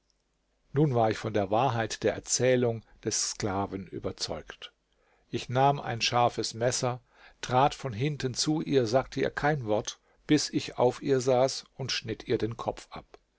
nun war ich von der wahrheit der erzählung des sklaven überzeugt ich nahm ein scharfes messer trat von hinten zu ihr sagte ihr kein wort bis ich auf ihr saß und schnitt ihr den kopf ab